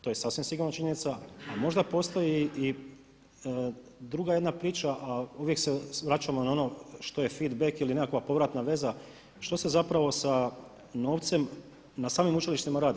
To je sasvim sigurno činjenica, a možda postoji i druga jedna priča, a uvijek se vraćamo na ono što je feed back ili nekakva povratna veza, što se zapravo sa novcem na samim učilištima radi?